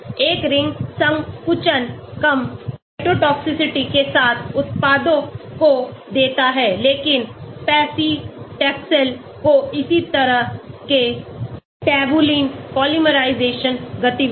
एक रिंग संकुचन कम साइटोटॉक्सिसिटी के साथ उत्पादों को देता है लेकिन paclitaxel को इसी तरह के ट्यूबुलिन पोलीमराइजेशन गतिविधि